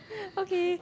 okay